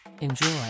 Enjoy